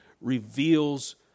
reveals